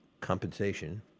compensation